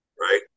Right